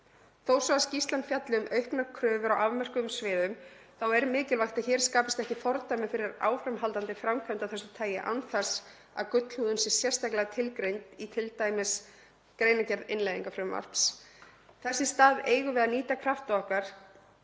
Þó svo að skýrslan fjalli um auknar kröfur á afmörkuðum sviðum þá er mikilvægt að hér skapist ekki fordæmi fyrir áframhaldandi framkvæmd af þessu tagi án þess að gullhúðun sé sérstaklega tilgreind í t.d. greinargerð innleiðingarfrumvarps. Þess í stað eigum við að nýta krafta okkar